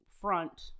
front